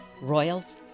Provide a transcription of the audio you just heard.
Royals